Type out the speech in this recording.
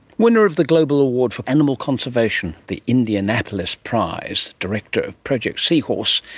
winner of the global award for animal conservation, the indianapolis prize, director of project seahorse,